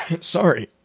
Sorry